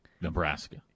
Nebraska